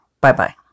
Bye-bye